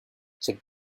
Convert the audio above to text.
check